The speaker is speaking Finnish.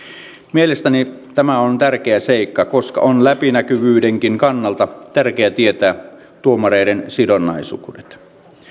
mielestäni tämä on tärkeä seikka koska on läpinäkyvyydenkin kannalta tärkeä tietää tuomareiden sidonnaisuudet